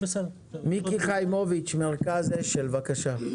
מיקי חיימוביץ', מרכז השל, בבקשה.